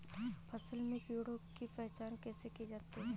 फसल में कीड़ों की पहचान कैसे की जाती है?